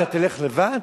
אתה תלך לבד,